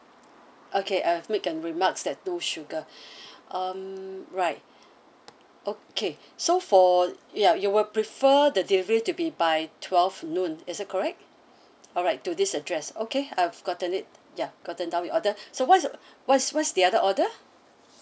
okay I've make the remarks that no sugar um right okay so for ya you will prefer the delivery to be by twelve noon is it correct alright to this address okay I've gotten it ya gotten down your order so what's uh what's what's the other order